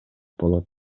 болот